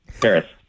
Paris